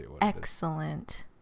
excellent